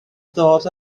dod